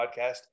podcast